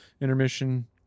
intermission